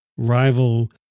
rival